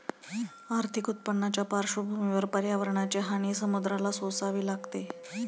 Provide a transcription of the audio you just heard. आर्थिक उत्पन्नाच्या पार्श्वभूमीवर पर्यावरणाची हानी समुद्राला सोसावी लागते